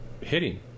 hitting